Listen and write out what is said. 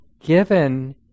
given